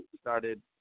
started